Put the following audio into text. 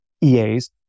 EAs